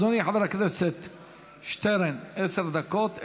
אדוני חבר הכנסת שטרן, עשר דקות.